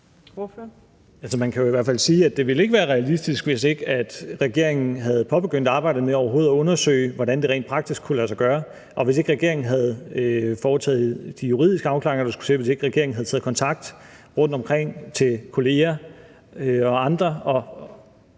fald sige, at det ikke ville være realistisk, hvis ikke regeringen havde påbegyndt arbejdet med overhovedet at undersøge, hvordan det rent praktisk kunne lade sig gøre, hvis ikke regeringen havde foretaget de juridiske afklaringer, der skulle til, og hvis ikke regeringen havde taget kontakt til kolleger og andre